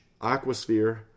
Aquasphere